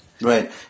Right